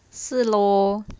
是 lor